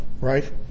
right